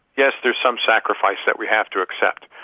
yes, there's some sacrifice that we have to accept.